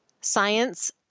science